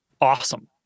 awesome